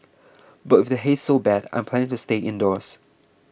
but with the haze so bad I'm planning to stay indoors